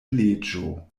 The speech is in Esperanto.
leĝo